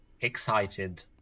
excited